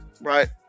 right